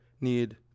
need